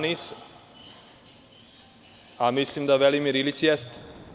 Nisam ja, a mislim da Velimir Ilić jeste.